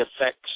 effects